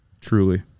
Truly